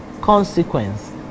consequence